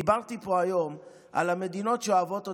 דיברתי פה היום על המדינות שאוהבות אותנו,